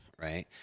right